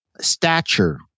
stature